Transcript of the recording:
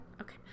Okay